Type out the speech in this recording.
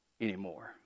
anymore